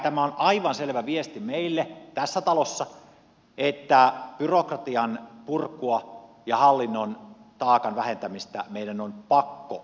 elikkä tämä on aivan selvä viesti meille tässä talossa että byrokratian purkua ja hallinnon taakan vähentämistä meidän on pakko tehdä